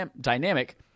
dynamic